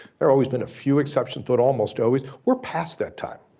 there always been a few exceptions, but almost always. we're past that time.